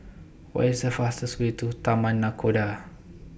What IS The fastest Way to Taman Nakhoda